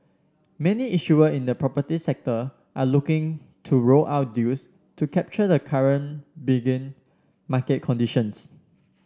many issuer in the property sector are looking to roll out deals to capture the current benign market conditions